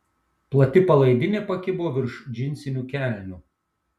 plati palaidinė pakibo virš džinsinių kelnių